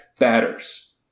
Batters